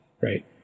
right